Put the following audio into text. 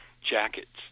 jackets